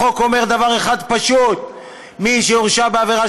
החוק אומר דבר אחד פשוט: מי שהורשע בעבירה